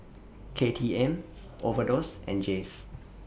K T M Overdose and Jays